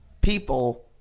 people